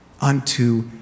unto